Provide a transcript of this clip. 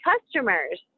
customers